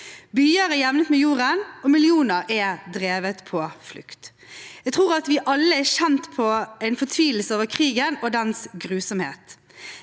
Byer er jevnet med jorden, og millioner er drevet på flukt. Jeg tror at vi alle har kjent på en fortvilelse over krigen og dens grusomhet.